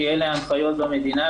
כי אלה ההנחיות במדינה,